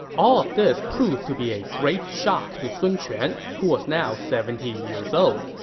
all of this proved to be a great shock to sun quan, who was now seventy years old.